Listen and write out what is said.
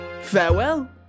Farewell